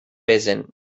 pesen